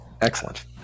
Excellent